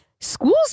school's